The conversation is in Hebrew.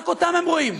רק אותם הם רואים.